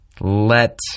let